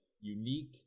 unique